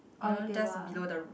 you know just below the